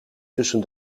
tussen